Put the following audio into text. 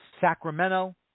Sacramento